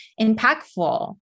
impactful